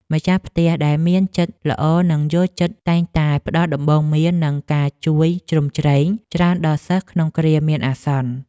ម្ចាស់ផ្ទះដែលមានចិត្តល្អនិងយល់ចិត្តតែងតែផ្តល់ដំបូន្មាននិងការជួយជ្រោមជ្រែងច្រើនដល់សិស្សក្នុងគ្រាមានអាសន្ន។